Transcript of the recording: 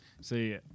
See